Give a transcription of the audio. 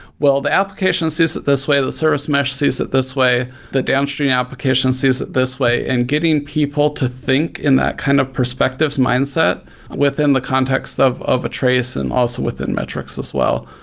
well, the application sees it this way. the service mesh sees it this way. the downstream application sees it this way, and getting people to think in that kind of perspective's mindset within the context of of a trace and also within metrics as well.